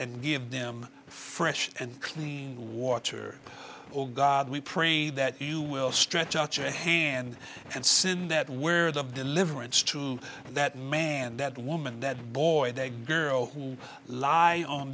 and give them fresh and clean water oh god we pray that you will stretch out your hand and sin that where the of deliverance to that man that woman that boy that girl who live on